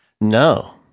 no